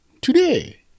Today